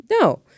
No